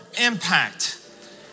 impact